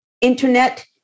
internet